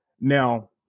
Now